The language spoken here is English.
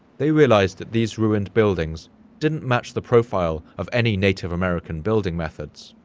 they realized that these ruined buildings didn't match the profile of any native american building methods.